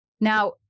Now